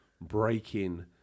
breaking